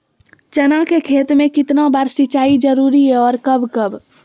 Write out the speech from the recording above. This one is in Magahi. चना के खेत में कितना बार सिंचाई जरुरी है और कब कब?